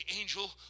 angel